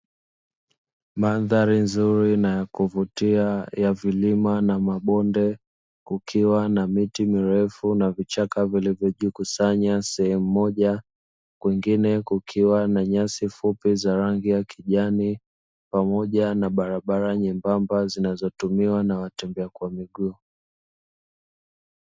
Mandhari nzuri na ya kuvutia ya vilima na mabonde kukiwa na miti mirefu na vichaka vilivyojikusanya sehemu moja, kwingine kukiwa na nyasi fupi za rangi ya kijani pamoja na barabara nyembamba zinazotumiwa na watembea kwa miguu.